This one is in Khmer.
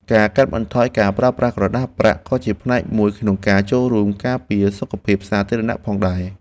ការកាត់បន្ថយការប្រើប្រាស់ក្រដាសប្រាក់ក៏ជាផ្នែកមួយក្នុងការចូលរួមការពារសុខភាពសាធារណៈផងដែរ។